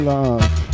Love